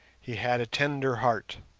he had a tender heart.